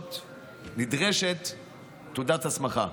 נדרשת תעודת הסמכה.